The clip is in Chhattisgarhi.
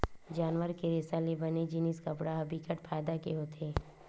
जानवर के रेसा ले बने जिनिस कपड़ा ह बिकट फायदा के होथे